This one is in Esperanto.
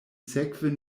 sekve